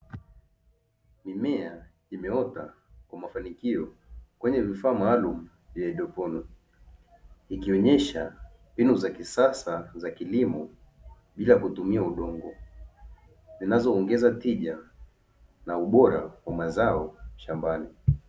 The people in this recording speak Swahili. Mimea imeota kwa mafanikio kwenye vifaa maalumu vya haidroponi, ikionyesha mbinu za kisasa za kilimo bila kutumia udongo, zinazoongeza tija na ubora wa mazao shambani.